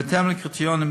בהתאם לקריטריונים אלה,